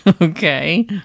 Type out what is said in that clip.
Okay